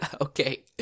Okay